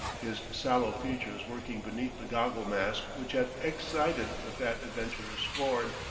his sallow features working beneath the goggle-mask which had excited the fat adventurer's scorn.